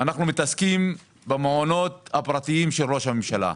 אנחנו מתעסקים במעונות הפרטיים של ראש הממשלה.